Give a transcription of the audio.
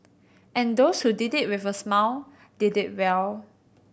and those who did it with a smile did it well